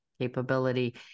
capability